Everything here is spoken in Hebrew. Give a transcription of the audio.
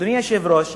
אדוני היושב-ראש,